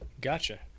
gotcha